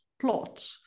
plot